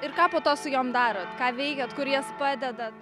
ir ką po to su jom darot ką veikiat kur jas padedat